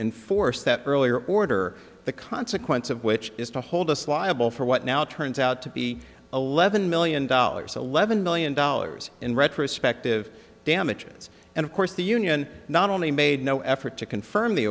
enforce that earlier order the consequence of which is to hold us liable for what now turns out to be eleven million dollars eleven million dollars in retrospective damages and of course the union not only made no effort to confirm the